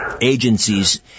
agencies